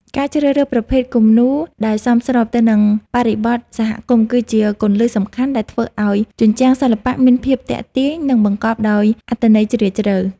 ការជ្រើសរើសប្រភេទគំនូរដែលសមស្របទៅនឹងបរិបទសហគមន៍ គឺជាគន្លឹះសំខាន់ដែលធ្វើឱ្យជញ្ជាំងសិល្បៈមានភាពទាក់ទាញ និងបង្កប់ដោយអត្ថន័យជ្រាលជ្រៅ។